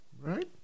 Right